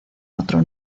otro